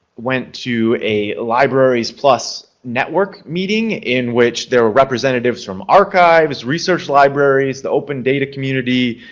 went to a libraries plus network meeting in which there were representatives from archives, research libraries, the open data community,